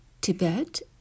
Tibet